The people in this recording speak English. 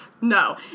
No